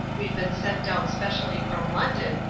we've been sent down specially from london,